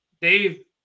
Dave